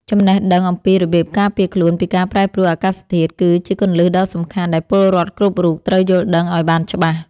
ចំណេះដឹងអំពីរបៀបការពារខ្លួនពីការប្រែប្រួលអាកាសធាតុគឺ ជាគន្លឹះដ៏សំខាន់ដែលពលរដ្ឋគ្រប់រូបត្រូវយល់ដឹងឱ្យបានច្បាស់។